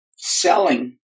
selling